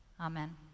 Amen